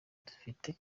dufite